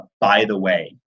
by-the-way